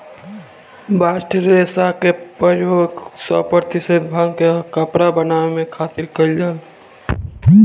bast रेशा के प्रयोग सौ प्रतिशत भांग के कपड़ा बनावे खातिर कईल जाला